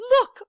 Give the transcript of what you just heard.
look